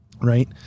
right